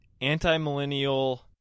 anti-millennial